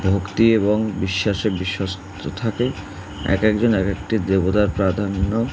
ভক্তি এবং বিশ্বাসে বিশ্বস্ত থাকে এক একজন এক একটি দেবতার প্রাধান্য